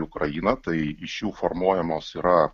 į ukrainą tai iš jų formuojamos yra